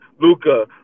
Luca